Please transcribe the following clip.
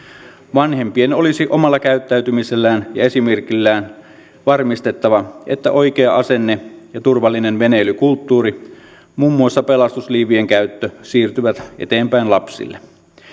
vanhempien olisi omalla käyttäytymisellään ja esimerkillään varmistettava että oikea asenne ja turvallinen veneilykulttuuri muun muassa pelastusliivien käyttö siirtyvät eteenpäin lapsille